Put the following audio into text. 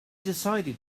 decided